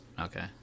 Okay